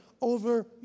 over